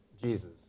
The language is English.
Jesus